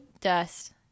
Dust